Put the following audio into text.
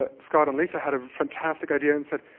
ah scott and lisa had a fantastic idea and said,